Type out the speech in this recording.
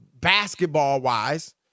basketball-wise